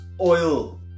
oil